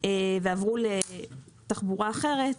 ועברו לתחבורה אחרת?